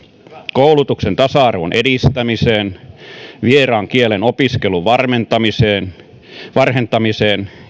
koulutuksen tasa arvon edistämiseen vieraan kielen opiskelun varhentamiseen varhentamiseen